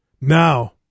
Now